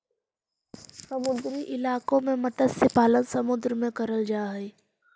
समुद्री इलाकों में मत्स्य पालन समुद्र में करल जा हई